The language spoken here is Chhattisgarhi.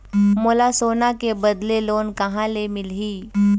मोला सोना के बदले लोन कहां मिलही?